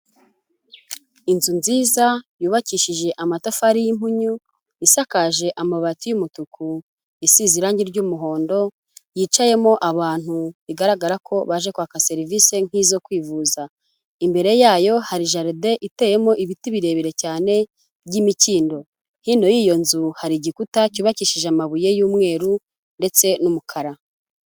Inzu nziza yubakishije amatafari y'impunyu, isakaje amabati y'umutuku, isize irangi ry'umuhondo, yicayemo abantu bigaragara ko baje kwaka serivisi nk'izo kwivuza, imbere yayo hari jaride iteyemo ibiti birebire cyane by'imikindo, hino y'iyo nzu hari igikuta cyubakishije amabuye y'umweru ndetse n'umukara.